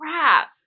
Crap